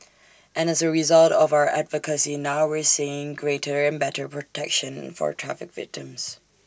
and as A result of our advocacy now we're seeing greater and better protection for traffic victims